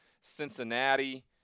Cincinnati